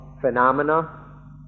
phenomena